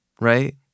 right